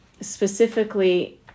Specifically